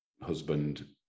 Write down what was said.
husband